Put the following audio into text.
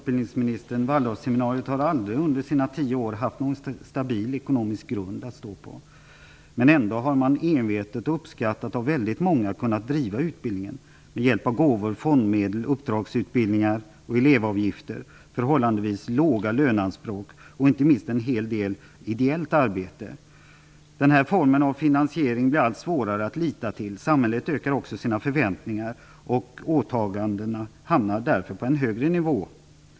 Herr talman! Waldorfseminariet har aldrig under sina 10 år haft någon stabil ekonomisk grund att stå på. Ändå har man envetet kunnat driva utbildningen, och den har uppskattats av många. Man har bedrivit utbildningen med hjälp av gåvor, fondmedel, uppdragsutbildningar och elevavgifter samt med förhållandevis låga löneanspråk och inte minst med en hel del ideellt arbete. Men en sådan form av finansiering blir allt svårare att förlita sig till. Samhället ökar också sina förväntningar. Åtagandena hamnar därför på en högre nivå.